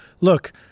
look